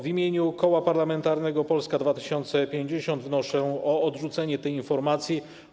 W imieniu Koła Parlamentarnego Polska 2050 wnoszę o odrzucenie tej informacji.